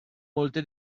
molte